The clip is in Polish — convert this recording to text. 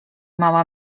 mała